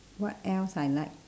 what else I like